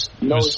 No